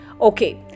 Okay